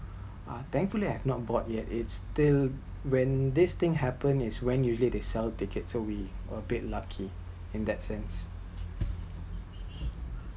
uh thankfully I've not bought yet it’s still when this thing happened is when usually they sell tickets so we a bit lucky in that sense